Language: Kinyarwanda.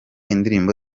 indirimbo